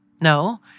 No